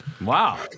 Wow